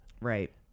Right